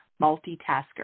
multitasker